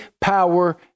power